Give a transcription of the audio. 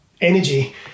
energy